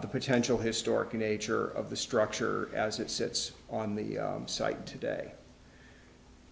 the potential historic nature of the structure as it sits on the site today